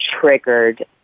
triggered